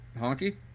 Honky